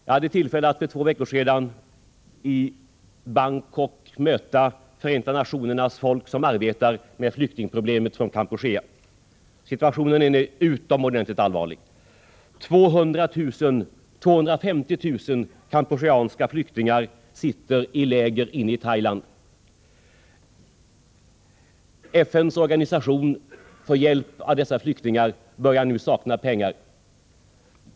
Jag hade tillfälle att för två veckor sedan i Bangkok möta folk från Förenta nationerna som deltar i hjälparbetet för flyktingarna från Kampuchea. Situationen är nu utomordentligt allvarlig. 250 000 kampucheanska flyktingar sitter i läger inne i Thailand. FN:s organisation för hjälp till dessa flyktingar börjar nu sakna pengar.